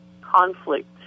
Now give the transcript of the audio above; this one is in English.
conflict